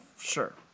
Sure